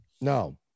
No